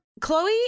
Chloe